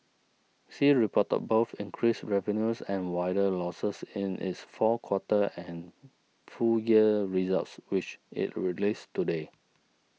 sea reported both increased revenues and wider losses in its fourth quarter and full year results which it released today